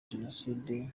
jenoside